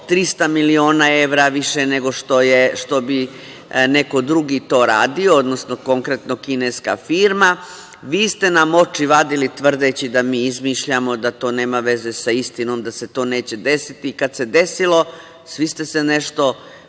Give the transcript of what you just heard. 300 miliona evra više nego što bi neko drugi to radio, odnosno konkretno kineska firma. Vi ste nam oči vadili tvrdeći da mi izmišljamo, da to nema veze sa istinom, da se to neće desiti. Kad se desilo, svi ste nešto